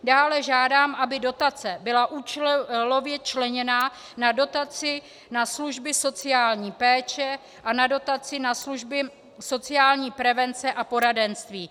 Dále žádám, aby dotace byla účelově členěná na dotaci na služby sociální péče a na dotaci na služby sociální prevence a poradenství.